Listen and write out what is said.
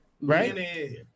Right